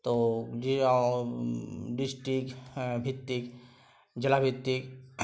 তো যে ডিস্ট্রিক্ট ভিত্তিক জেলা ভিত্তিক